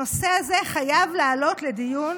הנושא הזה חייב לעלות לדיון